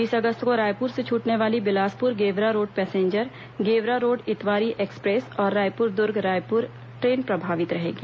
बीस अगस्त को रायपुर से छूटने वाली Bilaspur Gevra road passenger Gevra road Itwari express और रायपुर दुर्ग रायपुर ट्रेन प्रभावित रहेगी